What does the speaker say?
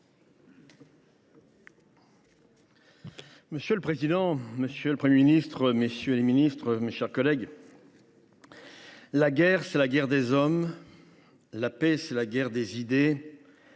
Monsieur le président, monsieur le Premier ministre, messieurs les ministres, mes chers collègues, « la guerre, c’est la guerre des hommes ; la paix, c’est la guerre des idées